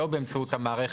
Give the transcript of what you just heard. זה או באמצעות המערכת,